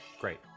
Great